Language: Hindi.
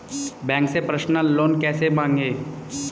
बैंक से पर्सनल लोन कैसे मांगें?